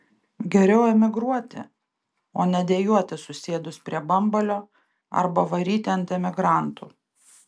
geriau emigruoti o ne dejuoti susėdus prie bambalio arba varyti ant emigrantų